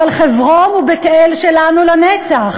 אבל חברון ובית-אל שלנו לנצח.